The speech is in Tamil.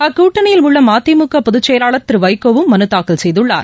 அக்கூட்டணியில் உள்ளமதிமுகபொதுச் செயலாளர் திருவைகோவும் மனுதாக்கல் செய்துள்ளார்